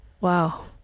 wow